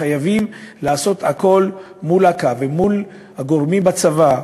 וחייבים לעשות הכול מול אכ"א ומול הגורמים בצבא.